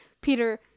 Peter